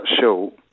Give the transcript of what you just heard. short